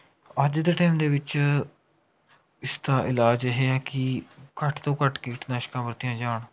ਅੱਜ ਦੇ ਟਾਈਮ ਦੇ ਵਿੱਚ ਇਸ ਦਾ ਇਲਾਜ਼ ਇਹ ਹੈ ਕਿ ਘੱਟ ਤੋਂ ਘੱਟ ਕੀਟਨਾਸ਼ਕਾਂ ਵਰਤੀਆਂ ਜਾਣ